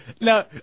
Now